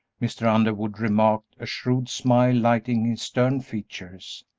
mr. underwood remarked, a shrewd smile lighting his stern features.